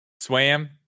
swam